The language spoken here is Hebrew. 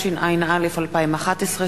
התשע”א 2011,